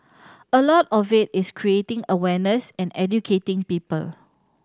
a lot of it is creating awareness and educating people